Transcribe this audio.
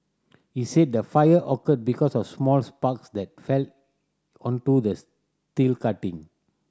he said the fire occurred because of small sparks that fell onto the steel cutting